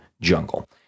jungle